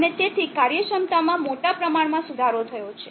અને તેથી કાર્યક્ષમતામાં મોટા પ્રમાણમાં સુધારો થયો છે